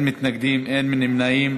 נגד, 1, אין נמנעים.